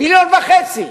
מיליון וחצי.